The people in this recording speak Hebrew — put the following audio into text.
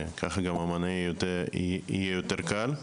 כך גם ליומנאי היה קל יותר.